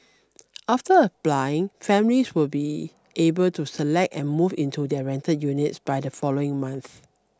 after applying families will be able to select and move into the rental units by the following month